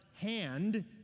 hand